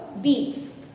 beets